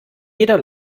jeder